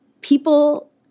People